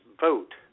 vote